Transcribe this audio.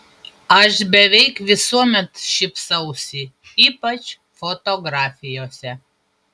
aš beveik visuomet šypsausi ypač fotografijose